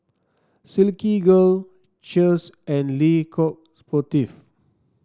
Silkygirl Cheers and Le Coq Sportif